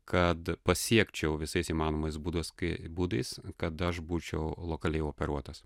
kad pasiekčiau visais įmanomais būdais kai būdais kad aš būčiau lokaliai operuotas